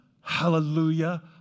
hallelujah